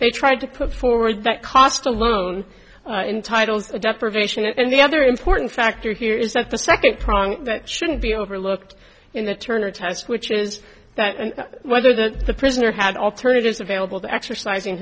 they tried to put forward that cost alone entitles the depravation and the other important factor here is that the second prong that shouldn't be overlooked in the turner test which is that whether the prisoner had alternatives available to exercising